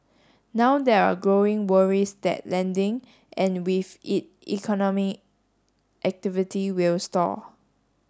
now there are growing worries that lending and with it economic activity will stall